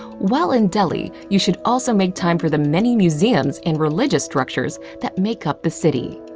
while in delhi, you should also make time for the many museums and religious structures that make up the city.